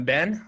Ben